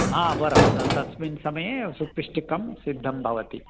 हा वरं त तस्मिन् समये सुपिष्टकं सिद्धं भवति